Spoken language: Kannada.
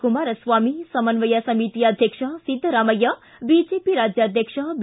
ಕುಮಾರಸ್ವಾಮಿ ಸಮನ್ನಯ ಸಮಿತಿ ಅಧ್ಯಕ್ಷ ಸಿದ್ದರಾಮಯ್ಯ ಬಿಜೆಪಿ ರಾಜ್ಯಾಧ್ಯಕ್ಷ ಬಿ